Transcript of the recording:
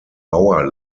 bauer